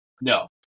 No